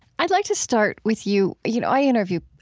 i'd like to start with you. you know i interview